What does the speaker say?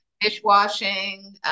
dishwashing